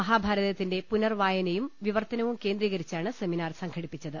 മഹാഭാരതത്തിന്റെ പുനർവായനയും വിവർത്തനവും കേന്ദ്രീകരിച്ചാണ് സെമിനാർ സംഘടിപ്പിച്ചത്